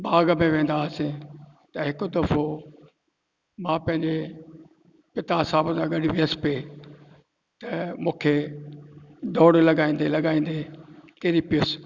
बाग में वेंदा हुआसीं त हिकु दफ़ो मां पंहिंजे पिता साहिबु सां गॾु वियुसि पिए त मूंखे दौड़ लॻाईंदे लॻाईंदे किरी पियुसि